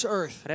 earth